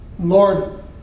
Lord